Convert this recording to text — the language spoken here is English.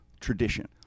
tradition